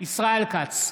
ישראל כץ,